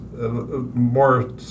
more